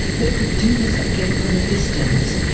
but could do this, again, from a distance.